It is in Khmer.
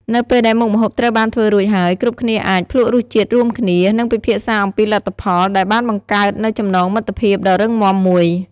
នៅពេលដែលមុខម្ហូបត្រូវបានធ្វើរួចហើយ គ្រប់គ្នាអាច ភ្លក្សរសជាតិរួមគ្នា និងពិភាក្សាអំពីលទ្ធផល ដែលបានបង្កើតនូវចំណងមិត្តភាពដ៏រឹងមាំមួយ។